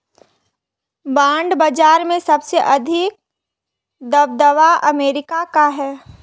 bond बाजार में सबसे अधिक दबदबा अमेरिका का है